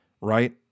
right